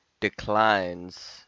declines